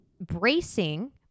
Bracing